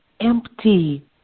empty